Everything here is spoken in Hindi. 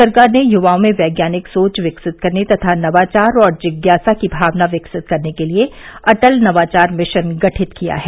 सरकार ने युवाओं में वैज्ञानिक सोच विकसित करने तथा नवाचार और जिज्ञासा की भावना विकसित करने के लिए अटल नवाचार मिशन गठित किया है